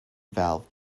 valve